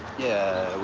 yeah,